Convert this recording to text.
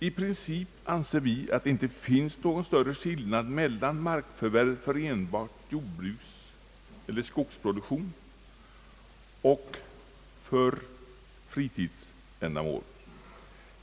I princip anser vi att det inte finns någon större skillnad mellan markförvärv för enbart jordbruksoch skogsproduktion och markförvärv för fritidsändamål.